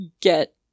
get